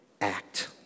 Act